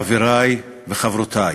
חברי וחברותי,